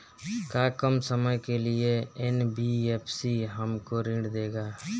का कम समय के लिए एन.बी.एफ.सी हमको ऋण देगा?